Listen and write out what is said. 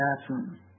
bathroom